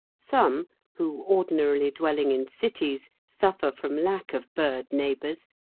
some who, ordinarily dwelling in cities, suffer from lack of bird neighbours,